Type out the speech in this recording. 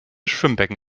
schwimmbecken